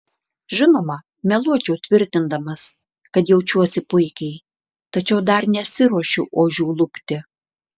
žinoma meluočiau tvirtindamas kad jaučiuosi puikiai tačiau dar nesiruošiu ožių lupti